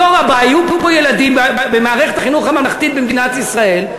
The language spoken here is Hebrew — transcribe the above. בדור הבא יהיו פה ילדים במערכת החינוך הממלכתי במדינת ישראל,